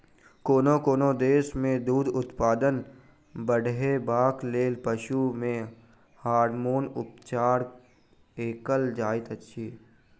कोनो कोनो देश मे दूध उत्पादन बढ़ेबाक लेल पशु के हार्मोन उपचार कएल जाइत छै